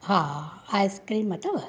हा आइस्क्रीम अथव